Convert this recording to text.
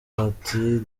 ati